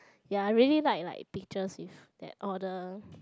ya I really like like pictures with that order